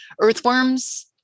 Earthworms